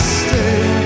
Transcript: stay